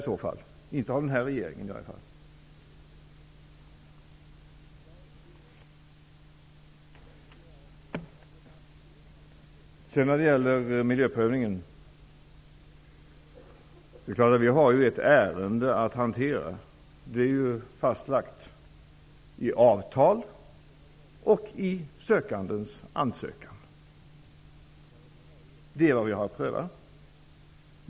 Jag skall nu ta upp frågan om miljöprövningen. Det är klart att vi har ett ärende att hantera. Det är fastlagt i avtal och i sökandens ansökan. Det är vad vi har att pröva.